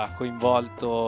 coinvolto